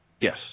Yes